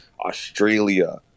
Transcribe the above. Australia